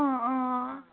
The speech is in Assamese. অঁ অঁ